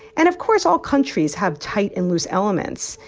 and, of course, all countries have tight and loose elements.